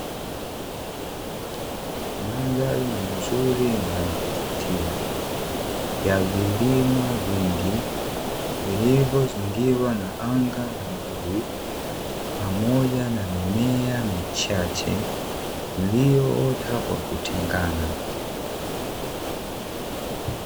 Mandhari nzuri na ya kuvutia ya vilima vingi vilivyozingirwa na anga la bluu pamoja na mimea michache iliyoota kwa kutengana.